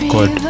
God